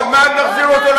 אני אשאיר את זה עכשיו,